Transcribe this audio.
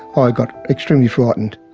i got extremely frightened.